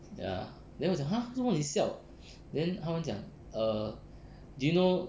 ya then 我讲 !huh! 为什么你笑 then 他们讲 err do you know